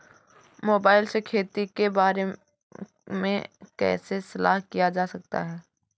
Mobile से खेती के बारे कैसे सलाह लिया जा सकता है?